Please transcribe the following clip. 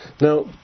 Now